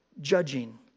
judging